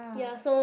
ya so